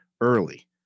early